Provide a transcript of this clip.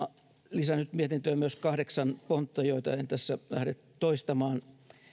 lisännyt mietintöön myös kahdeksan pontta joita en tässä lähde toistamaan